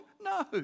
No